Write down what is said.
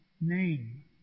name